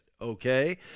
okay